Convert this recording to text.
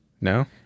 No